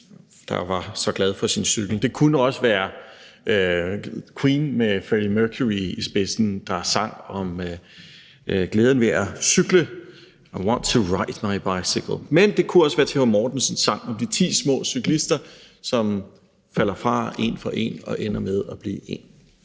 der var så glad for sin cykel; det kunne også være Queen med Freddie Mercury i spidsen, der sang om glæden ved at cykle: »I want to ride my bicycle«. Men det kunne også være Th.L. Mortensens sang om de »Ti små cyklister«, som falder fra en for en og ender med at blive én.